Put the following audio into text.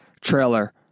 trailer